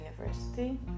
university